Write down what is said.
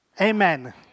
Amen